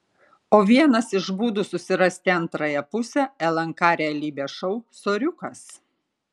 o vienas iš būdų susirasti antrąją pusę lnk realybės šou soriukas